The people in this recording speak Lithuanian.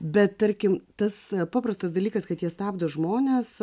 bet tarkim tas paprastas dalykas kad jie stabdo žmones